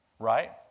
right